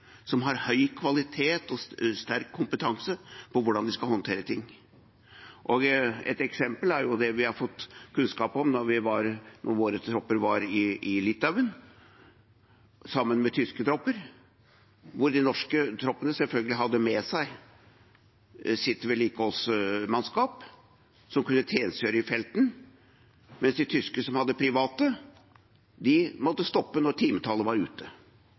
som har høy kvalitet og sterk kompetanse på å håndtere ting. Et eksempel er det vi fikk kunnskap om da våre tropper var i Litauen sammen med tyske tropper, hvor de norske troppene selvfølgelig hadde med seg sitt vedlikeholdsmannskap, som kunne tjenestegjøre i felten, mens de tyske, som hadde private, måtte stoppe når timetallet var ute.